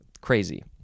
Crazy